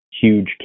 huge